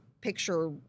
picture